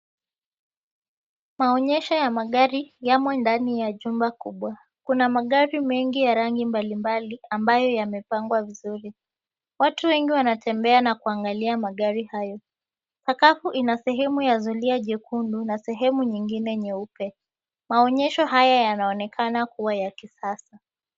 Maonyesho ya magari yamo ndani ya jumba kubwa. Kuna magari mengi ya rangi mbalimbali ambayo yamepangwa vizuri. Watu wengi wanatembea na kuangalia magari hayo. Makapu ina sehemu ya zulia jekundu na sehemu nyingine nyeupe. Maonyesho haya yanaonekana kuwa ya kisasa.